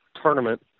tournament